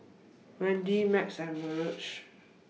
Wendi Max and Virge